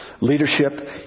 leadership